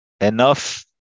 enough